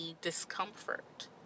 discomfort